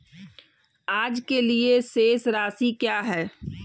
आज के लिए शेष राशि क्या है?